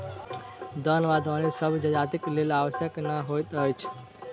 दौन वा दौनी सभ जजातिक लेल आवश्यक नै होइत अछि